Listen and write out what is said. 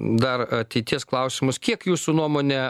dar ateities klausimus kiek jūsų nuomone